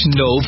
no